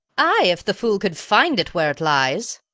ay, if the fool could find it where it lies.